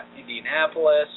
Indianapolis